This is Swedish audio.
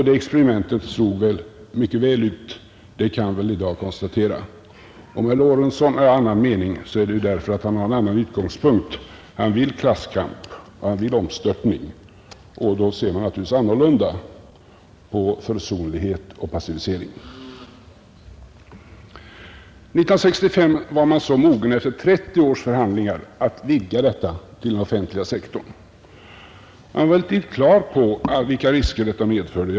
Det experimentet slog mycket väl ut. Det kan man i dag konstatera. Om herr Lorentzon har en annan mening beror det på att han har en annan utgångspunkt. Han vill klasskamp — han vill omstörtning. Då ser man naturligtvis annorlunda på försonlighet och pacificering. År 1965 var man så efter 30 års förhandlingar mogen att vidga förhandlingsrätten till den offentliga sektorn. Man var emellertid på det klara med vilka risker det medförde.